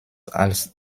als